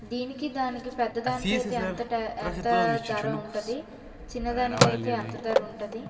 దీనికి దానికి పెద్ద దానికైతే ఎంత ట్యా ఎంతా ధర ఉంటుంది చిన్నదానికైతే ఎంత ధర ఉంటుంది